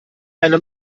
eine